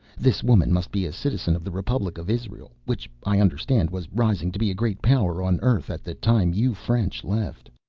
this woman must be a citizen of the republic of israeli, which i understand was rising to be a great power on earth at the time you french left.